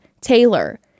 Taylor